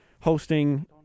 hosting